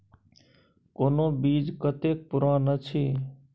कोनो बीज कतेक पुरान अछि?